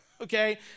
okay